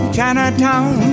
Chinatown